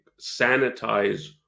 sanitize